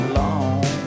long